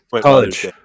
college